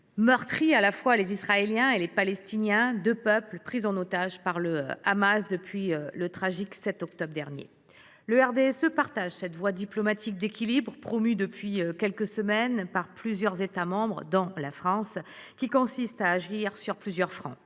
meurtrit à la fois les Israéliens et les Palestiniens, deux peuples pris en otage par le Hamas depuis le tragique 7 octobre dernier. Le RDSE partage cette voie diplomatique d’équilibre, promue depuis quelques semaines par plusieurs États membres, dont la France, qui consiste à agir sur plusieurs fronts